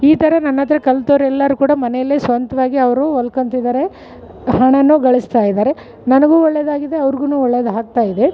ಈ ಥರ ನನ್ನಹತ್ರ ಕಲ್ತೋರು ಎಲ್ಲಾರು ಕೂಡ ಮನೇಲೆ ಸ್ವಂತ್ವಾಗಿ ಅವರು ಹೊಲ್ಕೊಂತಿದ್ದಾರೆ ಹಣನು ಗಳಿಸ್ತಾ ಇದ್ದಾರೆ ನನಗು ಒಳ್ಳೆದಾಗಿದೆ ಅವ್ರ್ಗು ಒಳ್ಳೇದು ಆಗ್ತಾ ಇದೆ